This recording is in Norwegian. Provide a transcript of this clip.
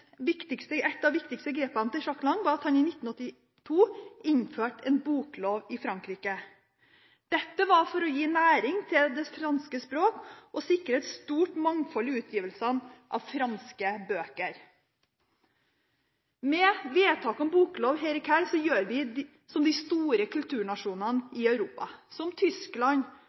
viktigste grepene til Jack Lang var at han i 1982 innførte en boklov i Frankrike. Dette var for å gi næring til det franske språk, og sikre et stort mangfold i utgivelsene av franske bøker. Med vedtak om boklov her i kveld gjør vi som de store kulturnasjonene i Europa – som Tyskland,